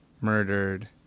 murdered